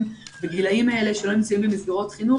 בגילאים האלה שלא נמצאים במסגרות חינוך,